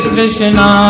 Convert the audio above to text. Krishna